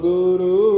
Guru